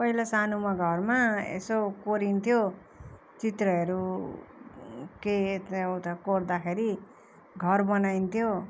पहिला सानुमा घरमा यसो कोरिन्थ्यो चित्रहरू के यता उता कोर्दाखेरि घर बनाइन्थ्यो